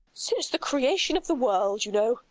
since the creation of the world, you know.